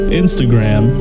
instagram